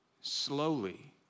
slowly